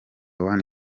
one